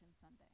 Sunday